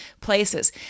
places